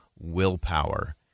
willpower